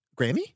Grammy